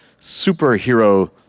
superhero